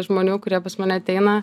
žmonių kurie pas mane ateina